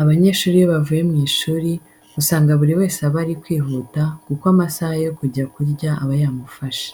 Abanyeshuri iyo bavuye mu ishuri, usanga buri wese aba ari kwihuta kuko amasaha yo kujya kurya aba yamufashe.